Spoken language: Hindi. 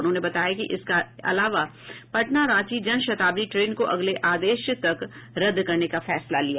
उन्होंने बताया कि इसका अलावा पटना रांची जनशताब्दी ट्रेन को अगले आदेश तक रद्द करने का फैसला लिया